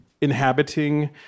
inhabiting